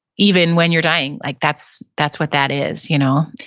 even when you're dying, like that's that's what that is, you know?